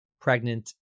pregnant